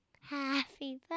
happy